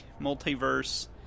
Multiverse